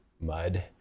mud